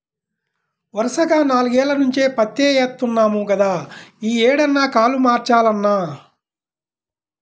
వరసగా నాల్గేల్ల నుంచి పత్తే యేత్తన్నాం గదా, యీ ఏడన్నా కాలు మార్చాలన్నా